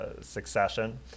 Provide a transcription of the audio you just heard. Succession